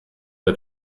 der